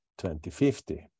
2050